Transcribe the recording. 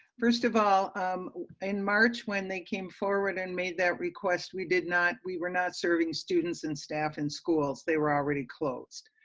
first of all of um in march when they came forward and made that request. we did not, we were not serving students and staff in schools. they were already closed,